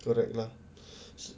correct lah